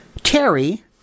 Terry